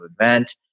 event